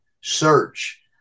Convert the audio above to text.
search